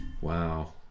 Wow